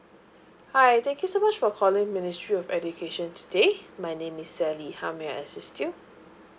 hi thank you so much for calling ministry of education today my name is sally how may I assist you